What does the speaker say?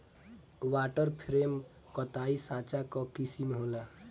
water frame कताई साँचा कअ किसिम होला